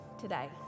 today